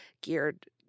geared